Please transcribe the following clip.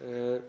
nr.